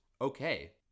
okay